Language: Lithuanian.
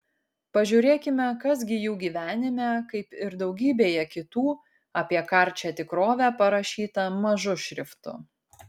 pažiūrėkime kas gi jų gyvenime kaip ir daugybėje kitų apie karčią tikrovę parašyta mažu šriftu